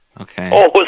Okay